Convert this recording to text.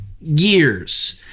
years